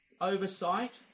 oversight